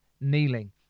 kneeling